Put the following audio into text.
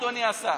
אדוני השר.